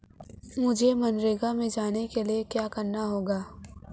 मुझे मनरेगा में जाने के लिए क्या करना होगा?